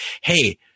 hey